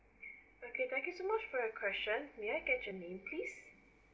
okay thank you so much for your question may I get your name please